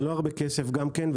זה לא הרבה כסף גם כן,